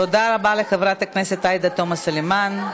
תודה לחברת הכנסת עאידה תומא סלימאן.